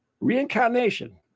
Reincarnation